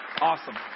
awesome